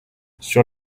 sur